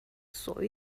soll